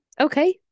okay